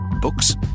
Books